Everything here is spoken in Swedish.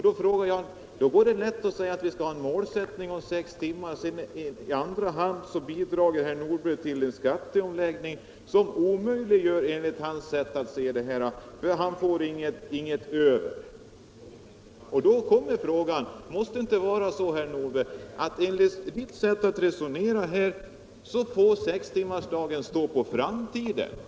Det är lätt att säga: Vi måste ha en målsättning om sextimmarsdagen. Å andra sidan medverkar herr Nordberg till en skatteomläggning som omöjliggör denna målsättning, för han får inget över. Min slutsats av detta resonemang är att då får sextimmarsdagen stå på framtiden.